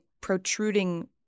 protruding